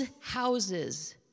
houses